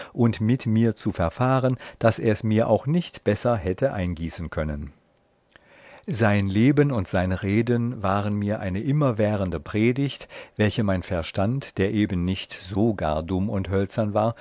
und mit mir zu verfahren daß ers mir auch nicht besser hätte eingießen können sein leben und seine reden waren mir eine immerwährende predigt welche mein verstand der eben nicht so gar dumm und hölzern war